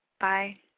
Bye